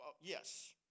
yes